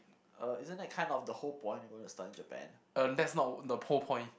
uh that's not the whole point